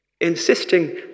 insisting